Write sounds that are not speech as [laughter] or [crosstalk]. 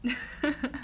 [laughs]